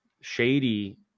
shady